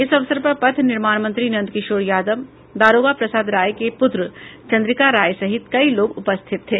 इस अवसर पर पथ निर्माण मंत्री नंद किशोर यादव दारोगा प्रसाद राय के पुत्र चंद्रिका राय सहित कई लोग उपस्थित थे